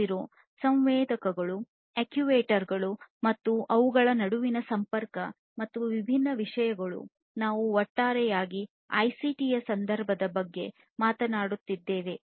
0 ಸಂವೇದಕಗಳು ಅಕ್ಚುಯೇಟರ್ ಗಳು ಮತ್ತು ಅವುಗಳ ನಡುವಿನ ಸಂಪರ್ಕ ಮತ್ತು ವಿಭಿನ್ನ ವಿಷಯಗಳು ನಾವು ಒಟ್ಟಾರೆಯಾಗಿ ಐಸಿಟಿ ಯ ಸಂದರ್ಭದ ಬಗ್ಗೆ ಮಾತನಾಡುತ್ತಿದ್ದೇವೆ